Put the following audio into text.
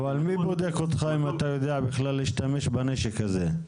אבל מי בודק איתך אם אתה יודע בכלל להשתמש בנשק הזה?